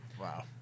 Wow